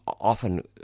often